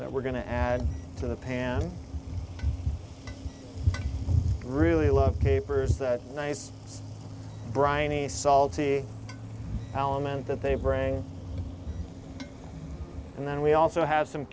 that we're going to add to the pan really love capers that nice briony salty element that they bring and then we also have some